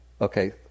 okay